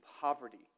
poverty